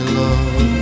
love